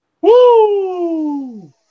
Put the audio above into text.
Woo